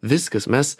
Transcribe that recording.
viskas mes